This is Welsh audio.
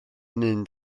mynd